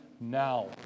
now